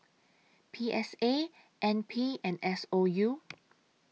P S A N P and S O U